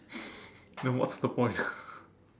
then what's the point